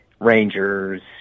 Rangers